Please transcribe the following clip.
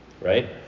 right